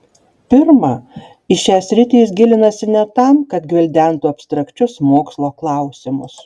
pirma į šią sritį jis gilinasi ne tam kad gvildentų abstrakčius mokslo klausimus